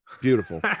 Beautiful